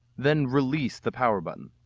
then release the power button.